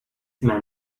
man